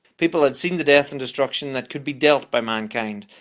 people had seen the death and destruction that could be dealt by mankind.